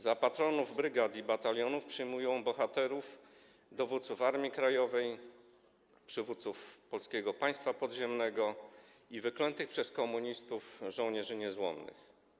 Za patronów brygad i batalionów przyjmują bohaterów, dowódców Armii Krajowej, przywódców Polskiego Państwa Podziemnego i wyklętych przez komunistów żołnierzy niezłomnych.